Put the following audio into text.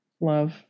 love